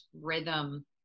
rhythm